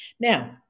Now